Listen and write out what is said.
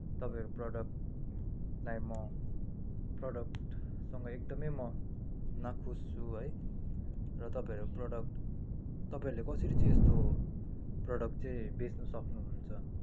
तपाईँहरूको प्रडक्टलाई म प्रडक्टसँग एकदमै म नाखुस छु है र तपाईँहरूको प्रडक्ट तपाईँहरूले कसरी चाहिँ यस्तो प्रोडक्ट चैँ बेच्न सक्नुहुन्छ